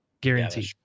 guaranteed